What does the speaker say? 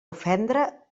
ofendre